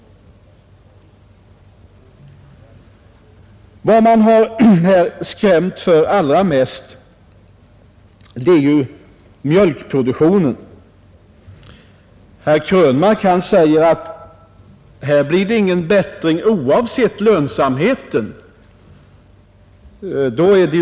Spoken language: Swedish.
Vad man här har skrämt för allra mest är mjölkproduktionen. Herr Krönmark säger att det härvidlag inte blir någon bättring, oavsett lönsamheten.